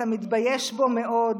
אתה מתבייש בו מאוד.